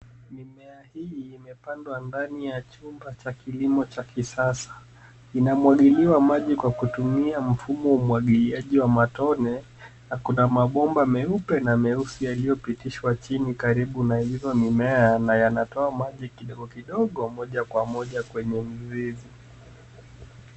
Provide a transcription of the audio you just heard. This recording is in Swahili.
Mimea hii imepandwa ndani ya chumba cha kilimo cha kisasa. Inamwagiliwa maji kwa kutumia mfuo wa umwagiliaji wa matone na kuna mabomba meupe na meusi yaliopitishwa chini ya hiyo mimea na yanatoa maji kidogo kidogo moja kwa moja kwenye mizizi.